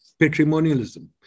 patrimonialism